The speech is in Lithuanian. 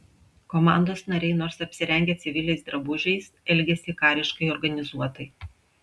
komandos nariai nors apsirengę civiliais drabužiais elgėsi kariškai organizuotai